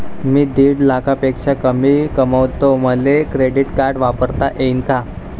मी दीड लाखापेक्षा कमी कमवतो, मले क्रेडिट कार्ड वापरता येईन का?